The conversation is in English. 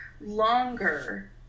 longer